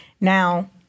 Now